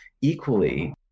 equally